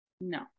No